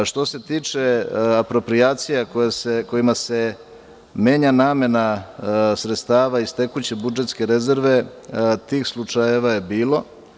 Što se tiče aproprijacija kojima se menja namena sredstava iz tekuće budžetske rezerve, tih slučajeva je bilo.